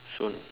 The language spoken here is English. so